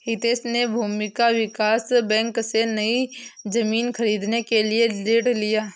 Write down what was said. हितेश ने भूमि विकास बैंक से, नई जमीन खरीदने के लिए ऋण लिया